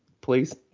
please